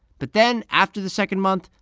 but then after the second month,